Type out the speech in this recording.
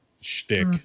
shtick